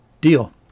deal